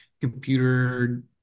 computer